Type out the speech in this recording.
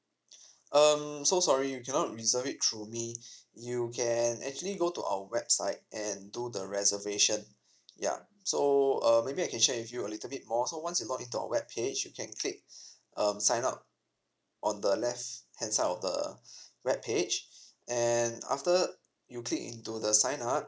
um so sorry you cannot reserve it through me you can actually go to our website and do the reservation ya so uh maybe I can share with you a little bit more so once you got into our web page you can click um sign up on the left hand side of the web page and after you click into the sign up